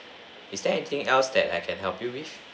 is there anything else that I can help you with